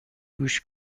گوش